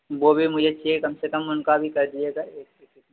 वह भी मुझे चाहिए कम से कम उनका भी कर दीजिएगा एक